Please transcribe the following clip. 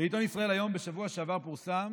בשבוע שעבר פורסם